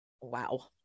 wow